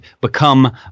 become